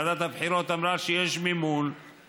ועדת הבחירות אמרה שיש מימון,